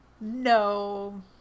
No